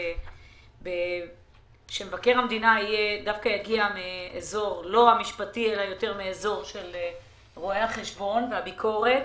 שמבקר המדינה יגיע מהאזור של רואי החשבון והביקורת,